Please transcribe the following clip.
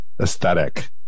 aesthetic